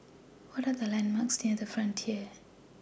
What Are The landmarks near The Frontier